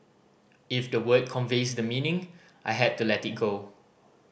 if the word conveys the meaning I had to let it go